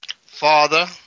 father